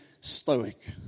stoic